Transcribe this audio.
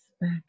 back